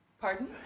Pardon